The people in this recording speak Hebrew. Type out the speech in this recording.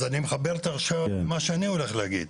אז אני מחבר זאת עם מה שאני הולך להגיד.